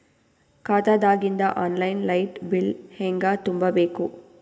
ಖಾತಾದಾಗಿಂದ online light bill ಹೇಂಗ ತುಂಬಾ ಬೇಕು?